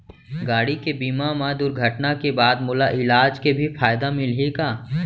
गाड़ी के बीमा मा दुर्घटना के बाद मोला इलाज के भी फायदा मिलही का?